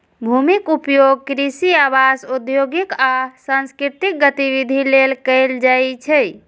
भूमिक उपयोग कृषि, आवास, औद्योगिक आ सांस्कृतिक गतिविधि लेल कैल जाइ छै